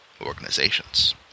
organizations